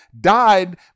died